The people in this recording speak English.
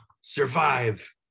Survive